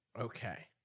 Okay